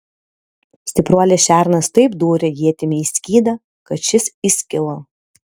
stipruolis šernas taip dūrė ietimi į skydą kad šis įskilo